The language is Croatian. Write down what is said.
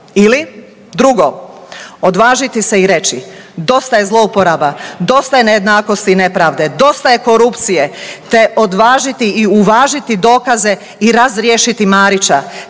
Ili drugo, odvažiti se i reći dosta je zlouporaba, dosta je nejednakosti i nepravde, dosta je korupcije te odvažiti i uvažiti dokaze i razriješiti Marića.